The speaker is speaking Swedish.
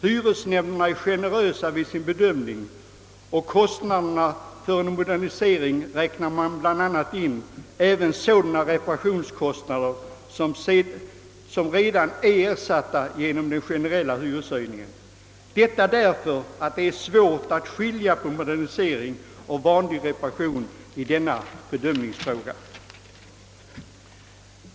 Hyresnämnderna är generösa vid sin bedömning av kostnaderna för en modernisering — man räknar bl.a. i allmänhet in även sådana reparationskostnader som redan är ersatta genom den generella hyreshöjningen. Detta görs därför att det är svårt att skilja på modernisering och vanlig reparation; det blir en bedömningsfråga.